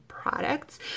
products